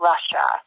Russia